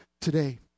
today